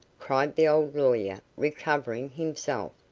cried the old lawyer recovering himself.